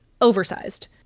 oversized